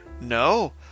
No